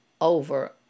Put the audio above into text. over